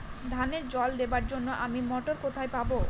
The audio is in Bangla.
ধানে জল দেবার জন্য আমি মটর কোথায় পাবো?